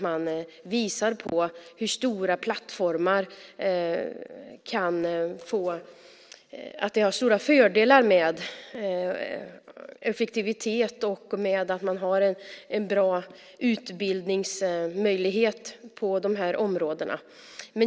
Man visar att stora plattformar har stora fördelar i fråga om effektivitet och bra utbildningsmöjligheter på dessa områden.